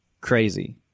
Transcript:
crazy